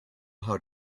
how